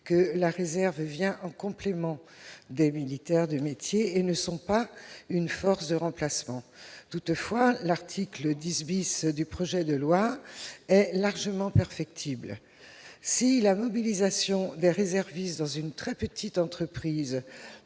que la réserve intervient en complément des militaires de métier et ne constitue pas une force de remplacement. L'article 10 du projet de loi est donc largement perfectible. Si la mobilisation des réservistes dans une très petite entreprise